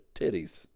Titties